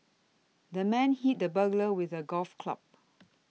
the man hit the burglar with a golf club